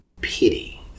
pity